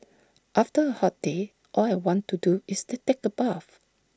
after A hot day all I want to do is to take A bath